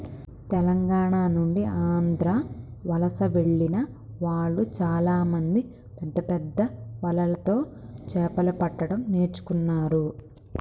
తెలంగాణ నుండి ఆంధ్ర వలస వెళ్లిన వాళ్ళు చాలామంది పెద్దపెద్ద వలలతో చాపలు పట్టడం నేర్చుకున్నారు